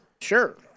Sure